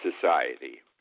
society